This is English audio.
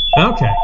Okay